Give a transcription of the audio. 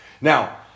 Now